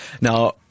Now